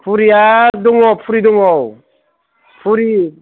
फुरिया दङ फुरि दं औ फुरि